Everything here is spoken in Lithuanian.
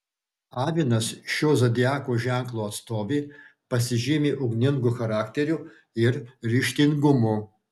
avinas šio zodiako ženklo atstovė pasižymi ugningu charakteriu ir ryžtingumu